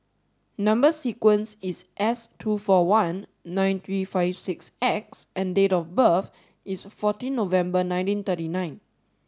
number sequence is S two four one nine three five six X and date of birth is fourteen November nineteen thirty nine